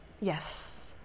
Yes